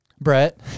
Brett